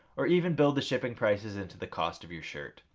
or even build the shipping prices into the cost of your shirt.